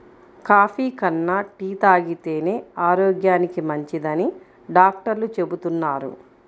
coffee కన్నా tea తాగితేనే ఆరోగ్యానికి మంచిదని డాక్టర్లు చెబుతున్నారు